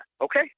okay